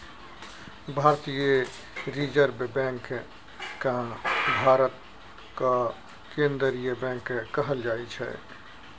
भारतीय reserve bank केँ भारतक केंद्रीय बैंक कहल जाइ छै